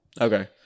Okay